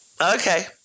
Okay